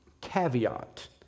Caveat